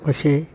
പക്ഷേ